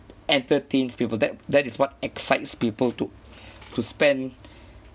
entertains people that that is what excites people to to spend